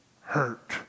hurt